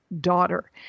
daughter